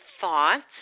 thoughts